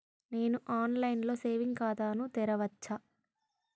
నేను online లో saving ఖాతా ను తెరవచ్చా?